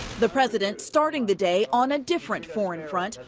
the president starting the day on a different foreign front,